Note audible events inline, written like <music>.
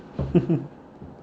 <laughs>